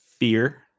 Fear